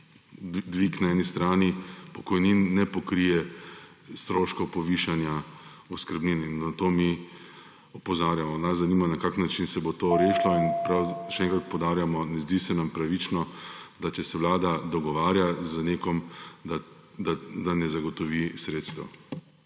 dvig na eni strani pokojnin, ne pokrije stroškov povišanja oskrbnine in na to mi opozarjamo. Nas zanima: Na kak način se bo to rešilo? Še enkrat poudarjamo, ne zdi se nam pravično, da če se Vlada dogovarja z nekom, da ne zagotovi sredstev.